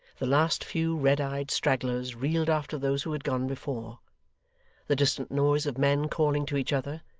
the last few red-eyed stragglers reeled after those who had gone before the distant noise of men calling to each other,